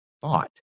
thought